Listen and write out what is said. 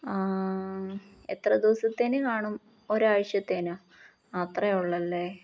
എത്ര ദിവസത്തേന് കാണും ഒരാഴ്ചത്തേനോ ആ അത്രേ ഉള്ളല്ലേ